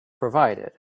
provided